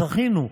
זכינו,